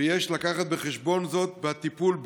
ויש להביא זאת בחשבון בטיפול בו.